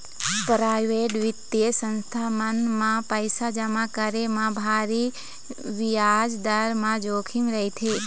private बित्तीय संस्था मन म पइसा जमा करे म भारी बियाज दर म जोखिम रहिथे